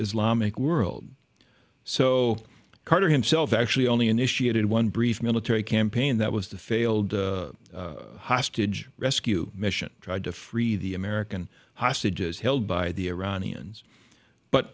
islamic world so carter himself actually only initiated one brief military campaign that was the failed hostage rescue mission tried to free the american hostages held by the iranians but